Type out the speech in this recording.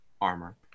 armor